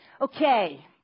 Okay